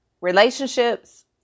relationships